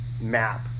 map